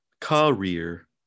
career